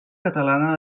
catalana